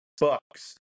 Bucks